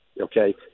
okay